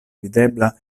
videbla